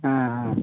ஆ ஆ